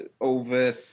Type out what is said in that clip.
over